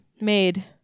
Made